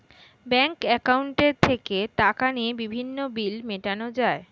bank অ্যাকাউন্টে থেকে টাকা নিয়ে বিভিন্ন বিল মেটানো যায়